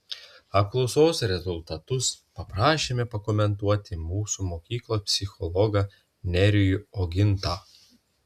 apklausos rezultatus paprašėme pakomentuoti mūsų mokyklos psichologą nerijų ogintą